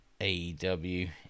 AEW